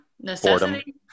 Necessity